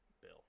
Bill